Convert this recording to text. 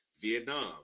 Vietnam